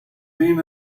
been